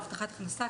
או הבטחת הכנסה,